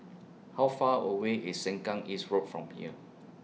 How Far away IS Sengkang East Road from here